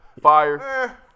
Fire